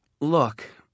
Look